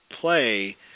play